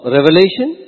Revelation